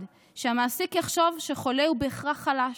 שהמעסיק יחשוב שחולה הוא בהכרח חלש,